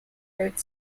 root